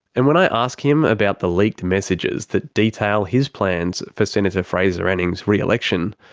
and when i ask him about the leaked messages that detail his plans for senator fraser anning's re-election,